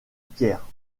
pierre